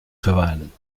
verweilen